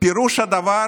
פירוש הדבר